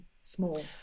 small